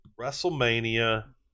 WrestleMania